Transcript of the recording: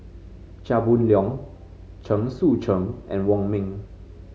Chia Boon Leong Chen Sucheng and Wong Ming